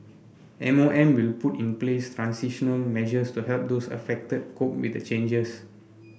M O M will put in place transitional measures to help those affected cope with the changes